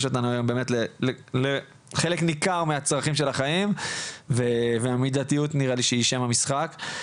אותנו היום לחלק ניכר מהצרכים של החיים והמידתיות נראה לי שהיא שם המשחק.